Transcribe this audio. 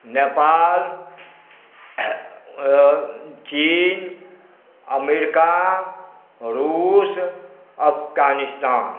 Nepal China America Russia Afghanistan